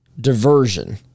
diversion